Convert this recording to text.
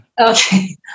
Okay